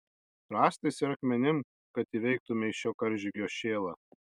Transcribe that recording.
rąstais ir akmenim kad įveiktumei šio karžygio šėlą